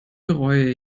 bereue